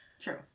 True